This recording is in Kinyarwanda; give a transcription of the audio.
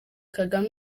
kagame